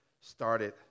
started